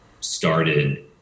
started